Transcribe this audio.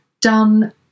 done